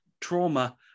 trauma